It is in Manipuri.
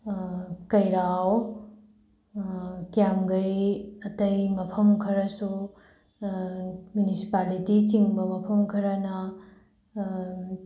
ꯀꯩꯔꯥꯎ ꯀꯤꯌꯥꯝꯒꯩ ꯑꯇꯩ ꯃꯐꯝ ꯈꯔꯁꯨ ꯃꯤꯅꯤꯁꯤꯄꯥꯂꯤꯇꯤ ꯆꯤꯡꯕ ꯃꯐꯝ ꯈꯔꯅ